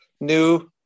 New